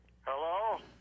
Hello